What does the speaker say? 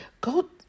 Go